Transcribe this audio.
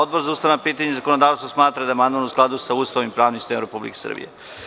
Odbor za ustavna pitanja i zakonodavstvo smatra da je amandman u skladu sa Ustavom i pravnim sistemom Republike Srbije.